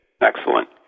Excellent